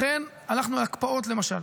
לכן, הלכנו על הקפאות, למשל.